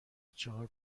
چهار